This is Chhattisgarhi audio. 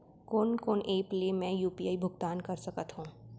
कोन कोन एप ले मैं यू.पी.आई भुगतान कर सकत हओं?